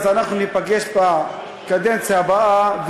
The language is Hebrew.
ניפגש בקדנציה הבאה,